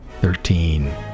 Thirteen